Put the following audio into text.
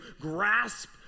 grasp